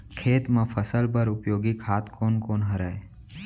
खेत म फसल बर उपयोगी खाद कोन कोन हरय?